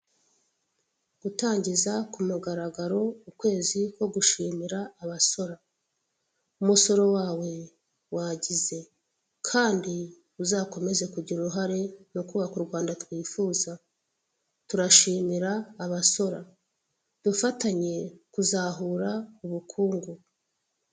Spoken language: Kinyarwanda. Gutangiza kumugaragaro ukwezi ko gushimira abasora, umusoro wawe wagize kandi uzakomeze kugira uruhare mu kubaka u Rwanda twifuza. Turashimira abasora, dufatanye kuzahura ubukungu.